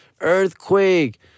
Earthquake